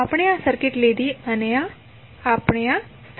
આપણે આ સર્કિટ લીધી અને આપણે આ સ્થાપિત કર્યું